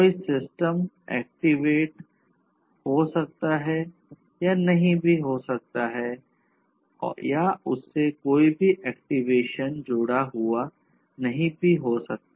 कोई system activate जुड़ा हुआ नहीं भी हो सकता